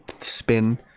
spin